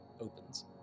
opens